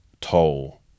toll